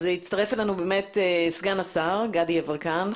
הצטרף אלינו סגן השר חבר הכנסת גדי יברקן.